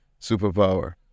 superpower